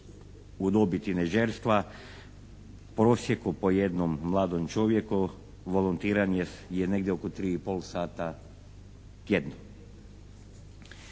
u dobi tinejdžerstva u prosjeku po jednom mladom čovjeku volontiranje je negdje oko 3 i po sata tjedno.